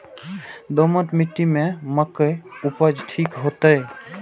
दोमट मिट्टी में मक्के उपज ठीक होते?